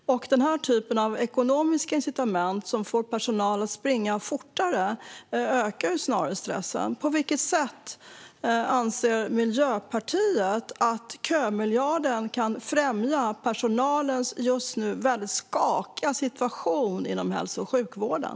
Ekonomiska incitament som får personalen att springa fortare ökar snarare stressen. På vilket sätt kan kömiljarden, enligt Miljöpartiet, främja personalens just nu väldigt skakiga situation inom hälso och sjukvården?